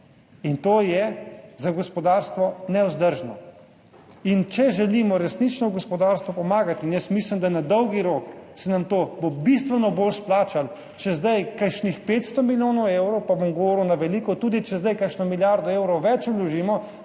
To je za gospodarstvo nevzdržno. Če želimo gospodarstvu resnično pomagati in jaz mislim, da se nam bo na dolgi rok to bistveno bolj splačalo, če sedaj kakšnih 500 milijonov evrov, pa bom govoril na veliko, tudi če sedaj kakšno milijardo evrov več vložimo,